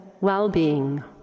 well-being